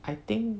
I think